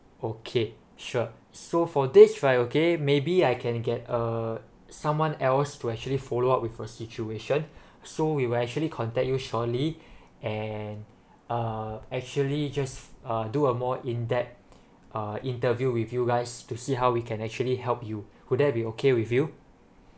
okay sure so for this right okay maybe I can get uh someone else to actually follow up with your situation so we will actually contact you shortly and uh actually you just uh do a more in depth uh interview with you guys to see how we can actually help you would that be okay with you